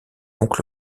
donc